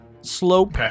slope